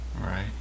Right